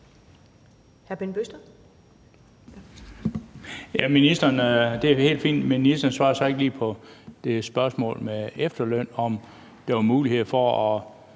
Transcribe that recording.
Ministeren svarede så ikke lige på det spørgsmål med efterlønnere, og om der var en mulighed for at